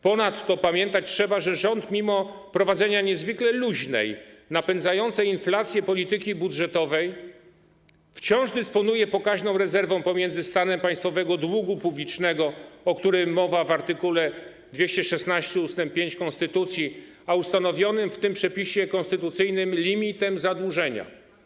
Ponadto pamiętać trzeba, że rząd mimo prowadzenia niezwykle luźnej, napędzającej inflację polityki budżetowej wciąż dysponuje pokaźną rezerwą, różnicą pomiędzy stanem państwowego długu publicznego, o którym mowa w art. 216 ust 5 konstytucji, a ustanowionym w tym przepisie konstytucyjnym limitem zadłużenia.